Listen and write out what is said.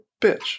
bitch